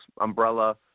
umbrella